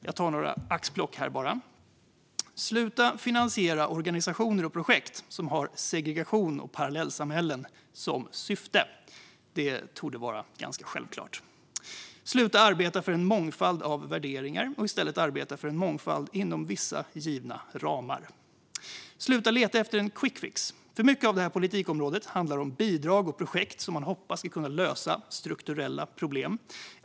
Jag tar här bara några axplock. Sluta att finansiera organisationer och projekt som har segregation och parallellsamhällen som syfte. Det torde vara ganska självklart. Sluta att arbeta för en mångfald av värderingar och arbeta i stället för en mångfald inom vissa givna ramar. Sluta att leta efter en quickfix. För mycket av det här politikområdet handlar om bidrag och projekt som man hoppas ska lösa strukturella problem.